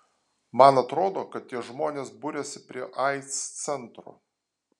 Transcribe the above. man atrodo kad tie žmonės buriasi prie aids centro